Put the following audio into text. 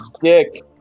Dick